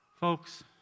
Folks